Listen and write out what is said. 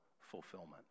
fulfillment